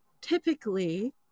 Typically